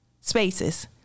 spaces